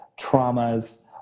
traumas